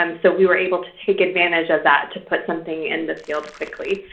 um so we were able to take advantage of that to put something in the field quickly.